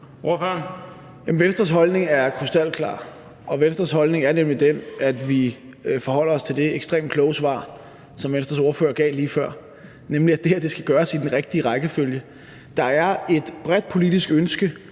Venstres holdning er krystalklar. Venstres holdning er nemlig den, at vi forholder os til det ekstremt kloge svar, som Venstres ordfører gav lige før, nemlig at det her skal gøres i den rigtige rækkefølge. Der er et bredt politisk ønske